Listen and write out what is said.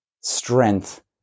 strength